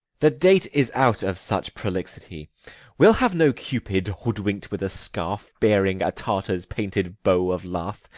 the date is out of such prolixity we'll have no cupid hoodwink'd with a scarf, bearing a tartar's painted bow of lath,